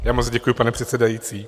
Já moc děkuji, pane předsedající.